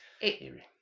eerie